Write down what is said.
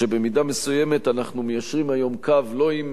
שבמידה מסוימת אנחנו מיישרים היום קו לא עם